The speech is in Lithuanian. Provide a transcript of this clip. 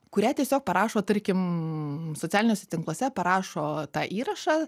kurią tiesiog parašo tarkim socialiniuose tinkluose parašo tą įrašą